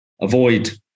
Avoid